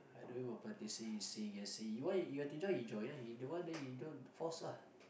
I'm doing for practicing i see I see you want you have to join you join lah you don't want then you don't force ah